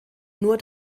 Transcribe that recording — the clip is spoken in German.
nur